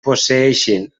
posseeixin